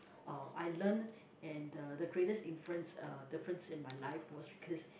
uh I learn and the the greatest influence uh difference in my life was because